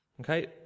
okay